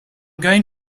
going